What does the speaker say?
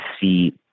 see